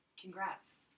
Congrats